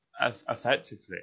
effectively